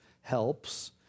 helps